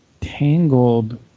tangled